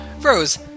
Rose